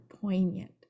poignant